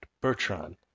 Bertrand